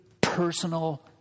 personal